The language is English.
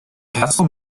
castle